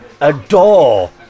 Adore